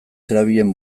zerabilen